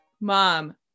Mom